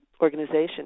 organization